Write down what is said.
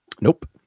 Nope